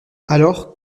alors